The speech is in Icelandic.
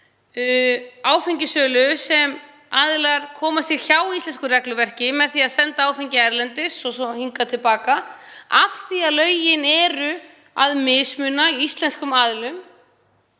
áfengissölu þar sem aðilar koma sér hjá íslensku regluverki með því að senda áfengi erlendis og svo hingað til baka, af því að lögin mismuna íslenskum aðilum.